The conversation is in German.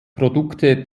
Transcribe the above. produkte